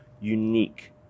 unique